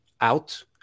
out